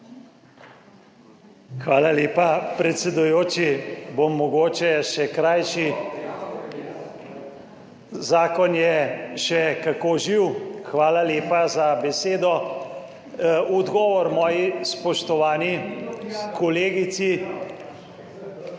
Hvala lepa, predsedujoči. Bom mogoče še krajši. Zakon je še kako živ. Hvala lepa za besedo. V odgovor moji spoštovani kolegici…